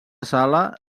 sala